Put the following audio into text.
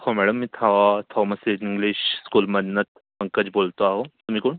हो मॅडम मी tho Thomas English स्कूलमधनं पंकज बोलतो आहे तुम्ही कोण